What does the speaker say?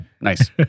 nice